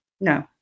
No